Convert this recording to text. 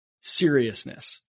seriousness